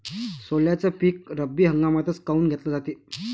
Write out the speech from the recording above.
सोल्याचं पीक रब्बी हंगामातच काऊन घेतलं जाते?